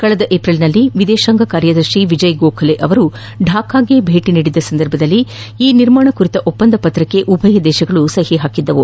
ಕಳೆದ ಏಪ್ರಿಲ್ನಲ್ಲಿ ವಿದೇಶಾಂಗ ಕಾರ್ಯದರ್ಶಿ ವಿಜಯ್ ಗೋಖಲೆ ಅವರು ಢಾಕಾಗೆ ಭೇಟಿ ನೀಡಿದ್ದ ವೇಳೆ ಈ ನಿರ್ಮಾಣ ಕುರಿತ ಒಪ್ಪಂದಕ್ಕೆ ಉಭಯ ದೇಶಗಳು ಸಹಿ ಹಾಕಿದ್ದವು